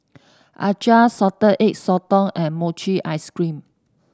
Acar Salted Egg Sotong and Mochi Ice Cream